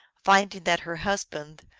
finding that her husband,